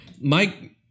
Mike